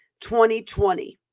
2020